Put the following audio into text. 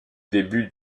début